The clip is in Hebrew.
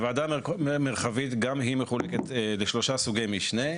הוועדה המרחבית גם היא מחולקת לשלושה סוגי משנה,